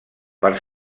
per